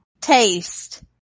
taste